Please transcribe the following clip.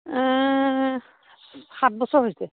সাত বছৰ হৈছে